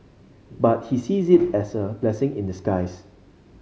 but he sees it as a blessing in disguise